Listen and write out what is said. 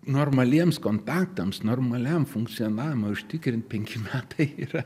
normaliems kontaktams normaliam funkcionavimui užtikrint penki metai yra